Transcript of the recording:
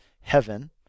Heaven